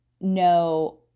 no